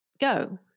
go